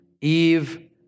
Eve